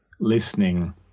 listening